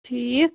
ٹھیٖک